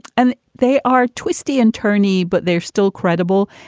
and they are twisty and turny, but they're still credible.